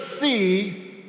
see